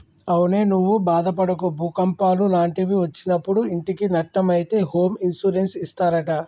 అవునే నువ్వు బాదపడకు భూకంపాలు లాంటివి ఒచ్చినప్పుడు ఇంటికి నట్టం అయితే హోమ్ ఇన్సూరెన్స్ ఇస్తారట